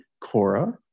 Cora